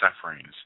sufferings